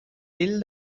till